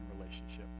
relationship